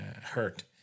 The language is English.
Hurt